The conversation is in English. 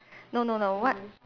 no no no what